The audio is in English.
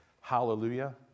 Hallelujah